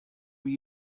were